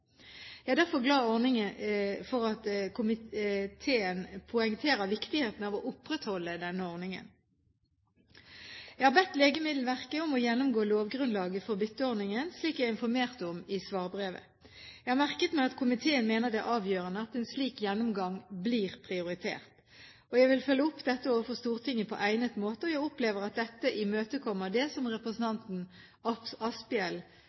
Jeg er derfor glad for at komiteen poengterer viktigheten av å opprettholde denne ordningen. Jeg har bedt Legemiddelverket om å gjennomgå lovgrunnlaget for bytteordningen, slik jeg informerte om i svarbrevet. Jeg har merket meg at komiteen mener det er avgjørende at en slik gjennomgang blir prioritert. Jeg vil følge opp dette overfor Stortinget på egnet måte, og jeg opplever at dette imøtekommer det som representanten Asphjell